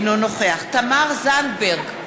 אינו נוכח תמר זנדברג,